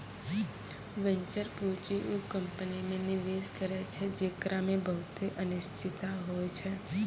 venture पूंजी उ company मे निवेश करै छै जेकरा मे बहुते अनिश्चिता होय छै